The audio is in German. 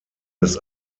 des